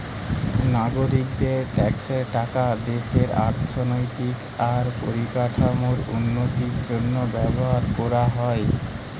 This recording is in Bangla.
নাগরিকদের ট্যাক্সের টাকা দেশের অর্থনৈতিক আর পরিকাঠামোর উন্নতির জন্য ব্যবহার কোরা হয়